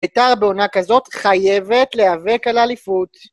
בית"ר בעונה כזאת חייבת להיאבק על אליפות.